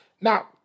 Now